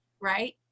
right